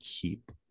keep